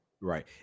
Right